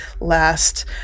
last